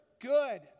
Good